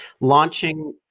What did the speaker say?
launching